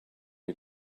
you